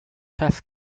test